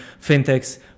fintechs